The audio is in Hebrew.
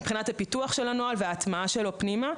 מבחינת הפיתוח של הנוהל וההטמעה שלו פנימה,